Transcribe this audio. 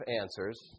answers